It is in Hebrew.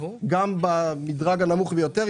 גם במדרג הנמוך ביותר,